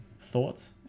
thoughts